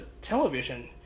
television